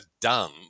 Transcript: done